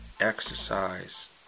exercise